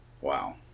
Wow